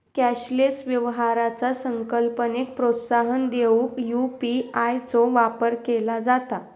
cashless व्यवहाराचा संकल्पनेक प्रोत्साहन देऊक यू.पी.आय चो वापर केला जाता